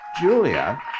Julia